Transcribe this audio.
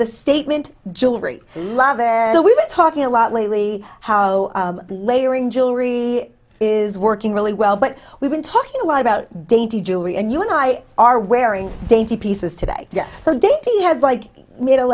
the statement jewelry lover and we've been talking a lot lately how layering jewelry is working really well but we've been talking a lot about dainty jewelry and you and i are wearing dainty pieces today so dainty had like m